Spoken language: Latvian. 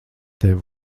tev